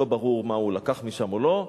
לא ברור מה הוא לקח משם או לא,